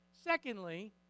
Secondly